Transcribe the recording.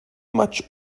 much